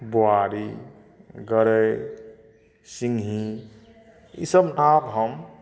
बोआरी गरइ सिङ्गही ईसब नाम हम